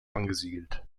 angesiedelt